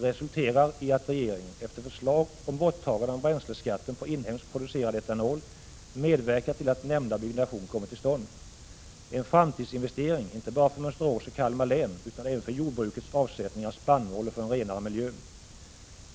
resulterar i att regeringen, efter förslag om borttagande av bränsleskatten på inhemskt producerad etanol, medverkar till att nämnda byggnation kommer till stånd. Det är en framtidsinvestering — inte bara för Mönsterås och Kalmar län utan även för jordbrukets avsättning av spannmål och för en renare miljö.